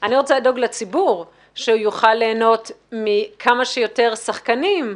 אני רוצה לדאוג לציבור שיוכל ליהנות מכמה שיותר שחקנים.